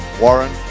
Warren